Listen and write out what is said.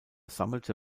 sammelte